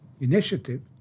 initiative